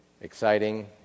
exciting